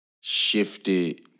shifted